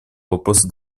вопросу